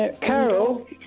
Carol